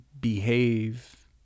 behave